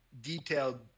detailed